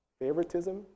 Favoritism